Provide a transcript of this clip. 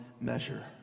measure